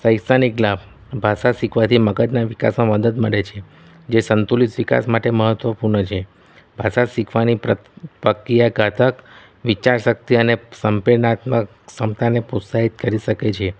શૈક્ષણિક લાભ ભાષા શીખવાથી મગજના વિકાસમાં મદદ મળે છે જે સંતુલિત વિકાસ માટે મહત્વપૂર્ણ છે ભાષા શીખવાની પ્રક્રિયા ઘાતક વિચાર શક્તિ અને સંપ્રેરણાત્મક ક્ષમતાને પ્રોત્સાહિત કરી શકે છે